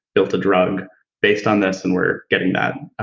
built a drug based on this and we're getting that,